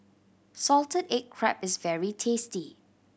salted egg crab is very tasty